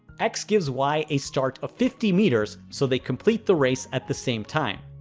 x gives y a start of fifty meters so they complete the race at the same time.